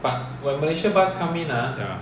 ya